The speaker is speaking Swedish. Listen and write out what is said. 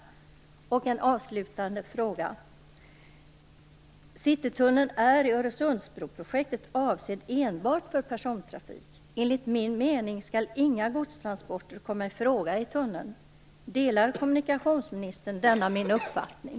Jag har också en avslutande fråga. Citytunneln är i Öresundsbroprojektet avsedd enbart för persontrafik. Enligt min mening skall inga godstransporter komma i fråga i tunneln. Delar kommunikationsministern denna min uppfattning?